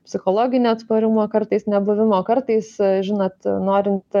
psichologinio atsparumo kartais nebuvimo kartais žinot norint